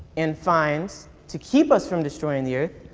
and fines to keep us from destroying the earth,